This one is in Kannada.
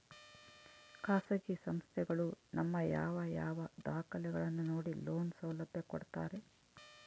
ಖಾಸಗಿ ಸಂಸ್ಥೆಗಳು ನಮ್ಮ ಯಾವ ಯಾವ ದಾಖಲೆಗಳನ್ನು ನೋಡಿ ಲೋನ್ ಸೌಲಭ್ಯ ಕೊಡ್ತಾರೆ?